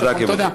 תודה.